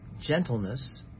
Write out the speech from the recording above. gentleness